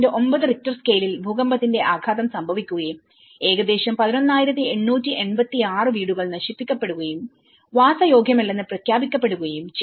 9 Richter സ്കെയിലിൽ ഭൂകമ്പത്തിന്റെ ആഘാതം സംഭവിക്കുകയും ഏകദേശം 11886 വീടുകൾ നശിപ്പിക്കപ്പെടുകയും വാസയോഗ്യമല്ലെന്ന് പ്രഖ്യാപിക്കപ്പെടുകയും ചെയ്തു